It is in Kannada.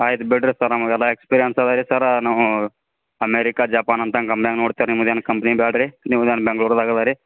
ಆಯ್ತು ಬಿಡಿರಿ ಸರ್ ನಮ್ಗೆ ಅದು ಎಕ್ಸ್ಪೀರಿಯನ್ಸ್ ಇದೇರಿ ಸರ್ ನಾವು ಅಮೇರಿಕ ಜಪಾನ್ ಅಂಥ ಕಂಪ್ನಿಯಾಗೆ ನೋಡ್ತೇನೆ ನಿಮ್ದು ಏನು ಕಂಪ್ನಿ ಬೇಡ್ರಿ ನಿಮ್ಮದು ಏನು ಬೆಂಗ್ಳೂರ್ದಾಗೆ ಇದೇರಿ